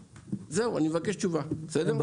זהו, אני מבקש תשובה, בסדר?